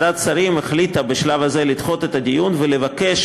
ועדת השרים החליטה בשלב הזה לדחות את הדיון ולבקש